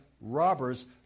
robbers